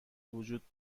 وجود